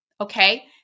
okay